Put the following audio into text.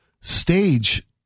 stage